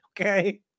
okay